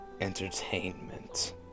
entertainment